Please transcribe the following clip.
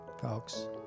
folks